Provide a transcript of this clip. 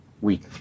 week